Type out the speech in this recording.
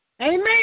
Amen